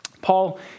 Paul